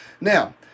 Now